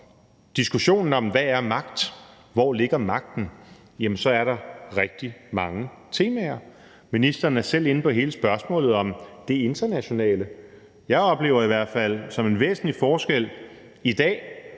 for diskussionen om, hvad magt er, og hvor magten ligger, så er der rigtig mange temaer. Ministeren er selv inde på hele spørgsmålet om det internationale. Jeg oplever i hvert fald som en væsentlig forskel i dag,